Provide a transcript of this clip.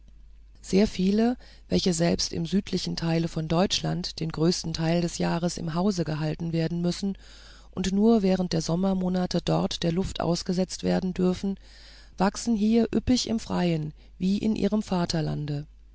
sehr viele welche selbst im südlichsten teile von deutschland den größten teil des jahres im hause gehalten werden müssen und nur während der sommermonate dort der luft ausgesetzt werden dürfen wachsen hier üppig im freien wie in ihrem vaterlande